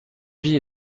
vie